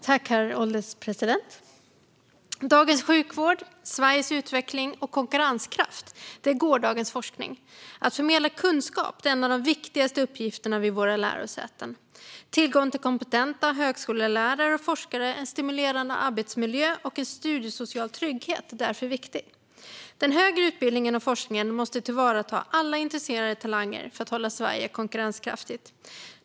Herr ålderspresident! Dagens sjukvård, Sveriges utveckling och konkurrenskraft, är gårdagens forskning. Att förmedla kunskap är en av de viktigaste uppgifterna vid våra lärosäten. Tillgång till kompetenta högskolelärare och forskare, en stimulerande arbetsmiljö och en studiesocial trygghet är därför viktig. Den högre utbildningen och forskningen måste tillvarata alla intresserade talanger för att hålla Sverige konkurrenskraftigt.